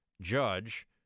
judge